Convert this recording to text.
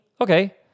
Okay